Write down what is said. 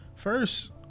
first